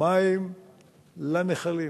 מים לנחלים.